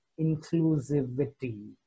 inclusivity